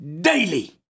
daily